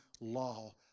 law